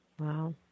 Wow